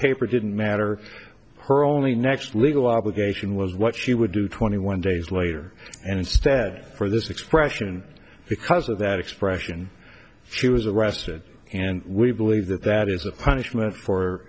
paper didn't matter her only next legal obligation was what she would do twenty one days later and instead for this expression because of that expression she was arrested and we believe that that is a punishment for